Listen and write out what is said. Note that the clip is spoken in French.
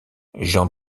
jean